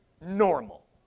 normal